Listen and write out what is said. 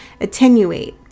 attenuate